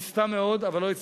ניסתה מאוד אבל לא הצליחה.